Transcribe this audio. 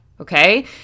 okay